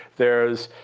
there's